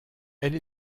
elle